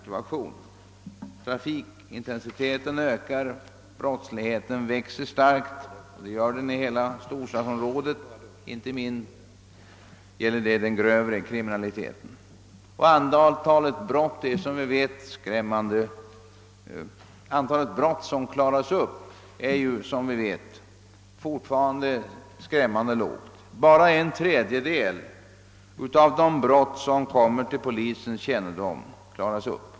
Trafikintensiteten ökar och brottsligheten växer kraftigt i hela storstadsområdet — det gäller inte minst den grövre kriminaliteten. Antalet brott som klaras upp är, som vi vet, fortfarande skrämmande lågt: bara en tredjedel av de brott som kom mer till polisens kännedom klaras upp.